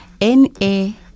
N-A